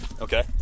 Okay